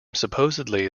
supposedly